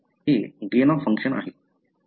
हे gain of function आहे